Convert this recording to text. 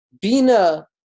Bina